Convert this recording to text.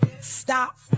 stop